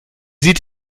sieht